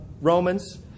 Romans